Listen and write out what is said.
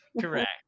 Correct